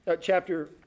Chapter